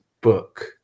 Book